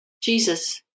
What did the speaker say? Jesus